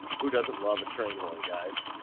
who doesn't love a train horn? guys,